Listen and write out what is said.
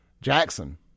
Jackson